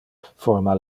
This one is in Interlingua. forma